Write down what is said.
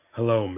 Hello